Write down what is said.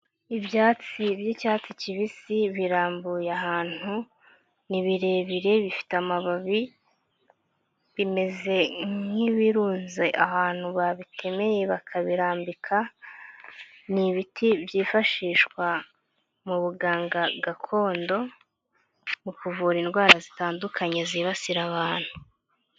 Ibyatsi by'icyatsi kibisi birambuye ahantu, ni birebire, bifite amababi, bimeze nk'ibirunze ahantu babitemeye bakabirambika, ni ibiti byifashishwa mu buganga gakondo, mu kuvura indwara zitandukanye zibasira abantu.